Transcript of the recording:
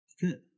Good